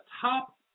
top